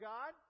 God